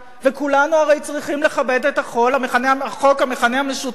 וכולנו הרי צריכים לכבד את החוק, המכנה המשותף